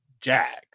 Jags